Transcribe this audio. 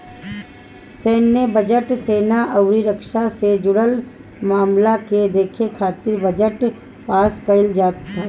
सैन्य बजट, सेना अउरी रक्षा से जुड़ल मामला के देखे खातिर बजट पास कईल जात हवे